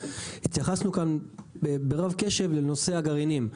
התייחסנו כאן ברוב קשב לנושא הגרעינים,